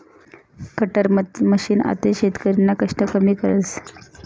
cutter machine आते शेतकरीना कष्ट कमी करस